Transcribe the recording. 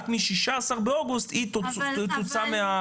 רק מ-16 באוגוסט הוא תוצא מהרשימה.